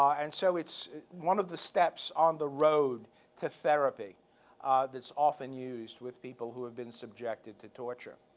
and so it's one of the steps on the road to therapy that's often used with people who have been subjected to torture.